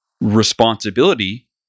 responsibility